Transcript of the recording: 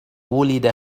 ولد